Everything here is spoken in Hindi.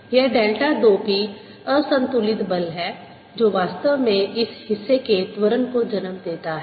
यह डेल्टा 2 p असंतुलित बल है जो वास्तव में इस हिस्से के त्वरण को जन्म देता है